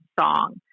song